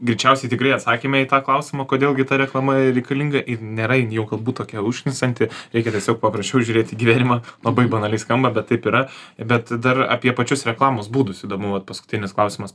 greičiausiai tikrai atsakėme į tą klausimą kodėl gi ta reklama reikalinga ir nėra jin jau galbūt tokia užknisanti reikia tiesiog paprasčiau žiūrėt į gyvenimą labai banaliai skamba bet taip yra bet dar apie pačius reklamos būdus įdomu vat paskutinis klausimas